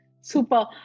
Super